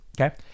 Okay